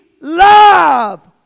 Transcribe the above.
love